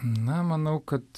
na manau kad